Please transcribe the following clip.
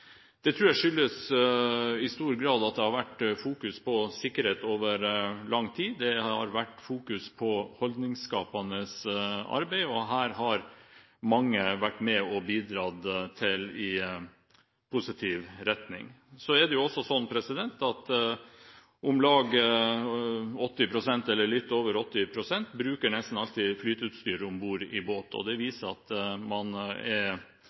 Det tror jeg i stor grad skyldes at det har blitt fokusert på sikkerhet over lang tid. Det har blitt fokusert på holdningsskapende arbeid, og her har mange vært med og bidratt i positiv retning. Litt over 80 pst. bruker nesten alltid flyteutstyr om bord i båt. Det viser at ting avgjort utvikler seg i riktig retning. Når man